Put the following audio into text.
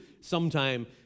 sometime